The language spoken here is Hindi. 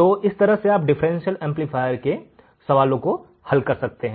तो इस तरह से आप डिफरेंशियल एमप्लीफायर के सवालों को हल कर सकते हैं